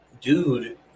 dude